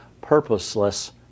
purposeless